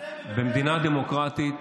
אתם, במדינה דמוקרטית